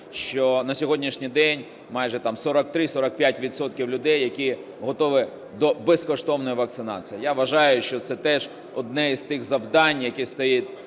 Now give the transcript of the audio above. що на сьогоднішній день майже там 43-45 відсотків людей, які готові до безкоштовної вакцинації. Я вважаю, що це теж одне із тих завдань, яке стоїть